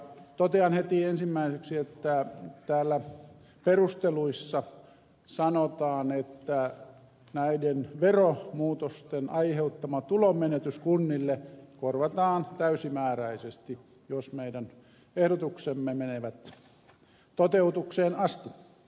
totean heti ensimmäiseksi että täällä perusteluissa sanotaan että näiden veromuutosten aiheuttama tulonmenetys kunnille korvataan täysimääräisesti jos meidän ehdotuksemme menevät toteutukseen asti